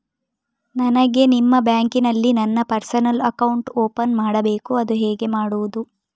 ನನಗೆ ನಿಮ್ಮ ಬ್ಯಾಂಕಿನಲ್ಲಿ ನನ್ನ ಪರ್ಸನಲ್ ಅಕೌಂಟ್ ಓಪನ್ ಮಾಡಬೇಕು ಅದು ಹೇಗೆ ಮಾಡುವುದು?